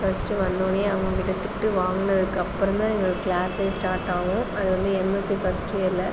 first வந்த உடனே அவங்க கிட்ட திட்டு வாங்கினதுக்கு அப்புறம் தான் எங்களுக்கு கிளாஸே ஸ்டார்ட் ஆகும் அது வந்து எம்எஸ்சி ஃபர்ஸ்ட் இயரில்